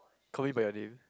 call me by your name